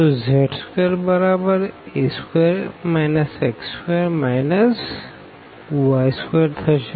તો z2બરાબર a2 x2 y2 આ થાય